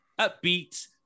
upbeat